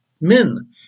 men